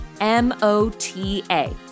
M-O-T-A